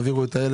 יש לכם